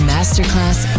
Masterclass